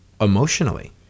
emotionally